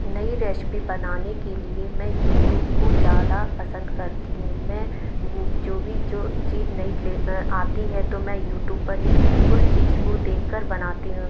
नई रेसिपी बनाने के लिए मैं यूटूब को ज़्यादा पसंद करती हूँ मैं वो जो भी जो चीज़ नहीं ले ना आती है तो मैं यूटूब पर ही उस चीज़ को देख कर बनाती हूँ